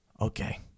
Okay